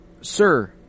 sir